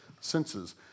senses